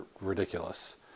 ridiculous